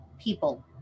people